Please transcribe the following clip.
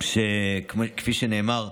כפי שנאמר,